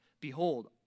Behold